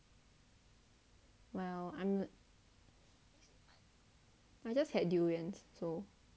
well I'm I just had durian so